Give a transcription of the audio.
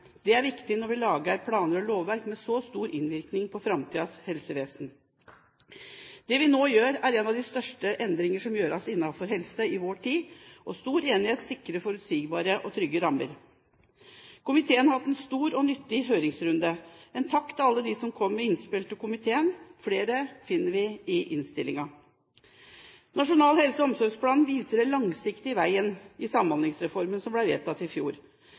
Det er viktig når vi lager planer og lovverk med så stor innvirkning på framtidens helsevesen. Det vi nå gjør, er en av de største endringer som gjøres innenfor helse i vår tid, og stor enighet sikrer forutsigbare og trygge rammer. Komiteen har hatt en stor og nyttig høringsrunde. Takk til alle som kom med innspill til komiteen – flere av disse finnes i innstillingen. Nasjonal helse- og omsorgsplan viser den langsiktige veien i Samhandlingsreformen, som ble vedtatt i fjor.